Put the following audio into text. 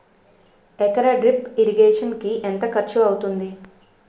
ఎకర drip irrigation కి ఎంత ఖర్చు అవుతుంది?